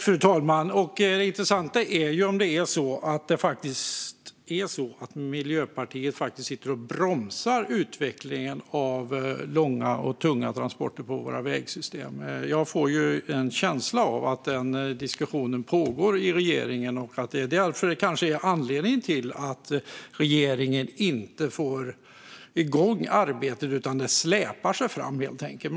Fru talman! Det intressanta är om Miljöpartiet faktiskt sitter och bromsar utvecklingen av långa och tunga transporter i våra vägsystem. Jag får en känsla av att den diskussionen pågår i regeringen och att det kanske är anledningen till att regeringen inte får igång arbetet utan att det släpar sig fram helt enkelt.